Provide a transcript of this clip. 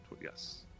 yes